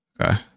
Okay